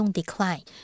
decline